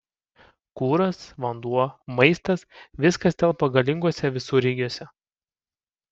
kuras vanduo maistas viskas telpa galinguose visureigiuose